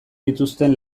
dituzten